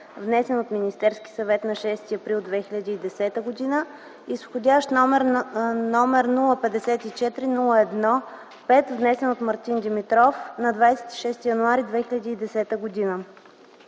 внесен от Министерския съвет на 6 април 2010 г., и с вх. № 054-01-5, внесен от Мартин Димитров на 26 януари 2010 г.